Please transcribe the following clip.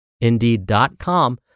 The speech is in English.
Indeed.com